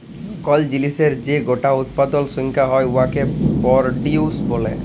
call জিলিসের যে গটা উৎপাদলের সংখ্যা হ্যয় উয়াকে পরডিউস ব্যলে